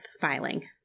filing